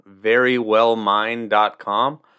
verywellmind.com